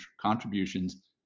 contributions